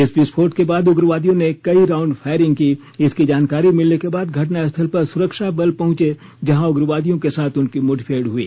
इस विस्फोट के बाद उग्रवादियों ने कई राउंड फायरिंग की इसकी जानकारी मिलने के बाद घटनास्थल पर सुरक्षा बल पहुंचे जहां उग्रवादियों के साथ उनकी मुठभेड़ हुई